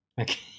Okay